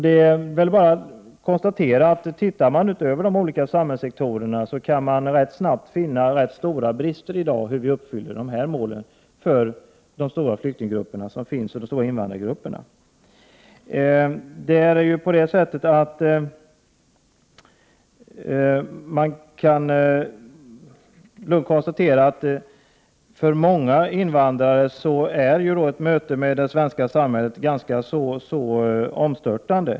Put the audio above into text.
Det är bara att konstatera att man inom de olika samhällssektorerna i dag kan finna rätt stora brister när det gäller uppfyllandet av dessa mål för de stora flyktingoch invandrargrupperna. För många invandrare är mötet med det svenska samhället ganska omstörtande.